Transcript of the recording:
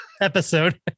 episode